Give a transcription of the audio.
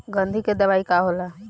गंधी के दवाई का होला?